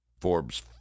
Forbes